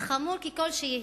חמור ככל שיהיה,